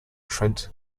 trent